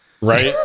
right